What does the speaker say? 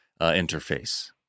interface